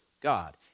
God